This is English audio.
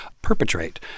perpetrate